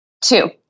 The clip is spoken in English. Two